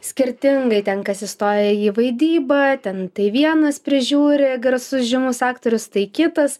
skirtingai ten kas įstoja į vaidybą ten tai vienas prižiūri garsus žymus aktorius tai kitas